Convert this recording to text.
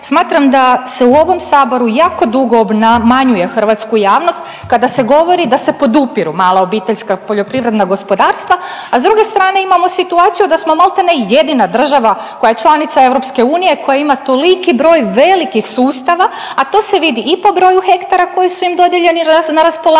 Smatram da se u ovom Saboru jako dugo obmanjuje hrvatsku javnost kada se govori da se podupiru mala obiteljska poljoprivredna gospodarstva, a s druge strane, imamo situaciju da smo maltene jedina država koja je članica EU koja ima toliki broj velikih sustava, a to se vidi i po broju hektara koji su im dodijeljeni na raspolaganje,